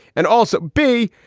and also b.